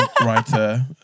writer